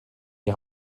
die